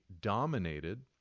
dominated